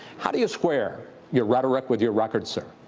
how do you square your rhetoric with your record, sir?